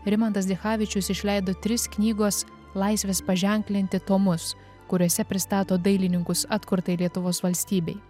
rimantas dichavičius išleido tris knygos laisvės paženklinti tomus kuriuose pristato dailininkus atkurtai lietuvos valstybei